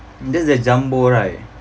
that's the jumbo right